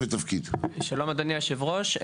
שלום אדוני יושב הראש,